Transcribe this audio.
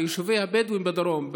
ביישובי הבדואים בדרום,